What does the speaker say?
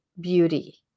beauty